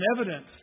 evidence